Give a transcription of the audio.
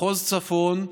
מחוז צפון,